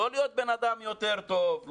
לא להיות בן אדם יותר טוב,